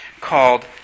called